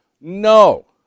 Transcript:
No